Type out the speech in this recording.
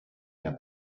der